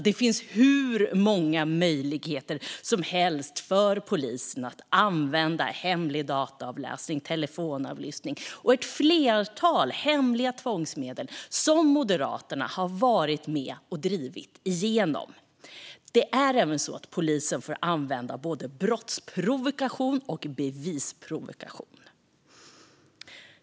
Det finns hur många möjligheter som helst för polisen att använda hemlig dataavläsning, telefonavlyssning och ett flertal hemliga tvångsmedel som Moderaterna har varit med och drivit igenom. Polisen får även använda brottsprovokation och bevisprovokation.